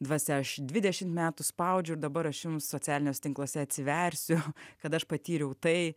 dvasia aš dvidešimt metų spaudžiu ir dabar aš jums socialiniuose tinkluose atsiversiu kad aš patyriau tai